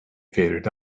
favorite